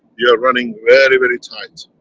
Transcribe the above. you are running very, very, tight.